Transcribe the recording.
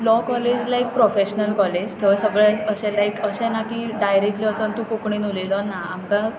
law college लायक professional college थंय सगळें अशें लायक अशें ना की डायरेक्टली वचून तूं कोंकणीन उलयलो ना आमकां